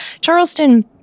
Charleston